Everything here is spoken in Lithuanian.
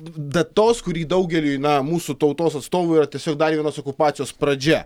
datos kuri daugeliui na mūsų tautos atstovų yra tiesiog dar vienos okupacijos pradžia